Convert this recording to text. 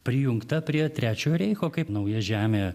prijungta prie trečiojo reicho kaip nauja žemė